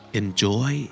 enjoy